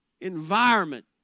environment